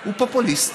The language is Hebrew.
הוא פופוליסט.